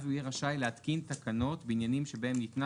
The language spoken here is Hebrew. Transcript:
אז הוא יהיה רשאי להתקין תקנות בעניינם שבהם ניתנה